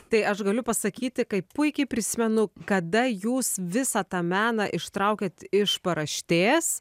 tai aš galiu pasakyti kaip puikiai prisimenu kada jūs visą tą meną ištraukėt iš paraštės